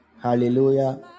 Hallelujah